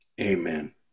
Amen